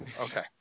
okay